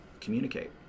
communicate